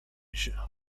się